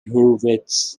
hurwitz